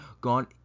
God